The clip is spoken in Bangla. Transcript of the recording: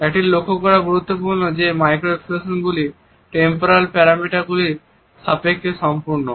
একটি লক্ষ্য করা গুরুত্বপূর্ণ যে মাইক্রো এক্সপ্রেশনগুলি টেম্পরাল প্যারামিটারগুলির সাপেক্ষে সম্পূর্ণ